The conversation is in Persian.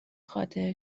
خاطر